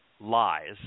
Lies